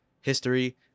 history